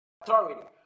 authority